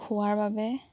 খোৱাৰ বাবে